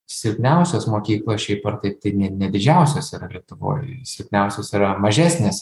silpniausios mokyklos šiaip ar taip tai ne didžiausios yra lietuvoj silpniausios yra mažesnės